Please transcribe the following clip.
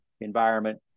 environment